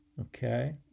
okay